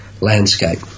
landscape